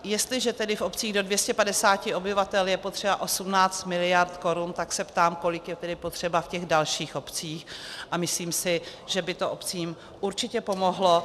Jestliže tedy v obcích do 250 obyvatel je potřeba 18 mld. korun, tak se ptám, kolik je tedy potřeba v dalších obcích, a myslím si, že by to obcím určitě pomohlo.